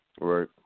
Right